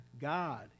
God